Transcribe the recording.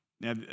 Now